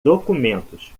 documentos